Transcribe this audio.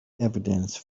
evidence